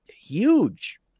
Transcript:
huge